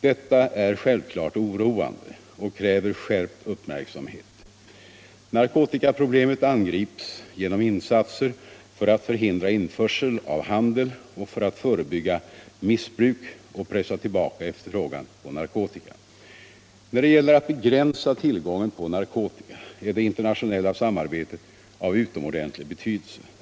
Detta är självklart oroande och kräver skärpt uppmärksamhet. Narkotikaproblemet angrips genom insatser för att förhindra införsel och handel och för att förebygga missbruk och pressa tillbaka efterfrågan på narkotika. När det gäller att begränsa tillgången på narkotika är det internationella samarbetet av utomordentlig betydelse.